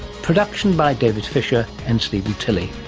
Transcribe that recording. production by david fisher and steven tilley.